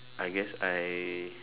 I guess I